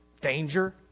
danger